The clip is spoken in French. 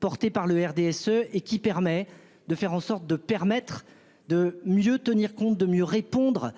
porté par le RDSE et qui permet de faire en sorte de permettre de mieux tenir compte de mieux répondre